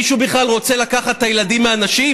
מישהו בכלל רוצה לקחת את הילדים מהנשים?